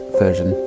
version